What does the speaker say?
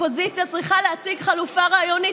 אופוזיציה צריכה להציג חלופה רעיונית.